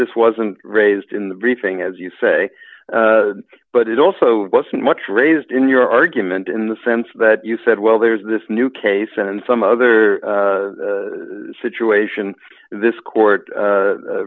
this wasn't raised in the briefing as you say but it also wasn't much raised in your argument in the sense that you said well there's this new case in some other situation this court